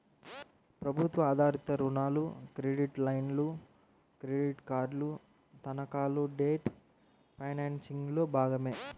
ప్రభుత్వ ఆధారిత రుణాలు, క్రెడిట్ లైన్లు, క్రెడిట్ కార్డులు, తనఖాలు డెట్ ఫైనాన్సింగ్లో భాగమే